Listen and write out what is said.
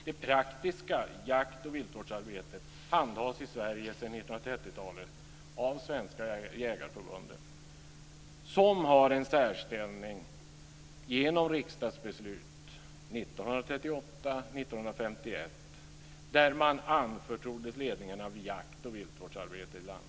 Det praktiska jakt och viltvårdsarbetet handhas i Sverige sedan 1930-talet av Svenska Jägareförbundet som har en särställning genom riksdagsbeslut 1938 och 1951 då man anförtroddes ledningen av jakt och viltvårdsarbetet i landet.